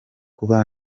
kuba